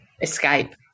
escape